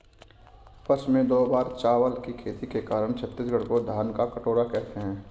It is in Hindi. वर्ष में दो बार चावल की खेती के कारण छत्तीसगढ़ को धान का कटोरा कहते हैं